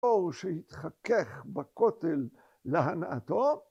‫או שהתחכך בכותל להנאתו..